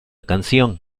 canción